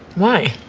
why?